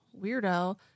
Weirdo